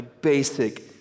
basic